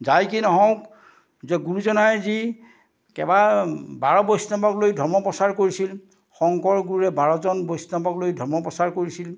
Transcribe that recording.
যাইকি নহওক য গুৰুজনাই যি কেইবা বাৰ বৈষ্ণৱক লৈ ধৰ্ম প্ৰচাৰ কৰিছিল শংকৰ গুৰুৰে বাৰজন বৈষ্ণৱক লৈ ধৰ্ম প্ৰচাৰ কৰিছিল